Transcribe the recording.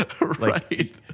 Right